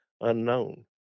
unknown